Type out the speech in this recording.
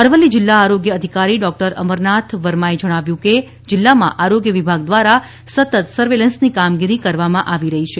અરવલ્લી જિલ્લા આરોગ્ય અધિકારી ડોક્ટર અમરનાથ વર્માએ જણાવ્યું છે કે જિલ્લામાં આરોગ્ય વિભાગ દ્વારા સતત સર્વેલન્સની કામગીરી કરવામાં આવી રહી છે